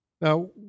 Now